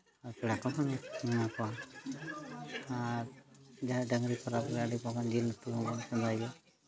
ᱟᱨ ᱡᱤᱞ ᱩᱛᱩ ᱦᱚᱸᱵᱚᱱ ᱪᱚᱸᱫᱟᱭ ᱜᱮᱭᱟ